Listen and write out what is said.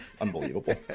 unbelievable